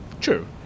True